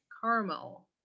caramel